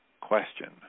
question